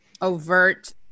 overt